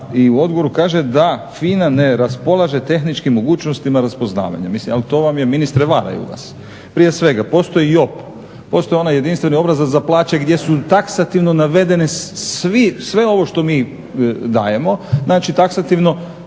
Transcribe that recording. i u odgovoru kaže da FINA ne raspolaže tehničkim mogućnostima raspoznavanja. Mislim, ali to vam je ministre varaju vas. Prije svega postoji JOP, postoji onaj jedinstveni obrazac za plaće gdje su taksativno navedene sve ovo što mi dajemo znači taksativno